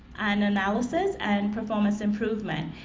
and analysis and performance improvement.